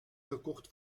gekocht